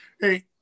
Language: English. hey